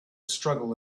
struggle